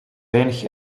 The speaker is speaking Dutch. weinig